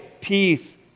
peace